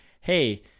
Hey